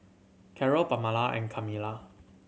Carrol Pamala and Camila